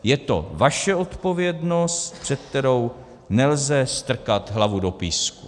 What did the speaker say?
Je to vaše odpovědnost, před kterou nelze strkat hlavu do písku.